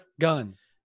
Guns